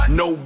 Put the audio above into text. no